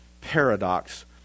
paradox